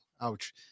ouch